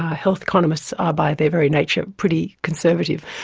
health economists are by their very nature pretty conservative.